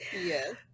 Yes